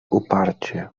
uparcie